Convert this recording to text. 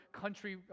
country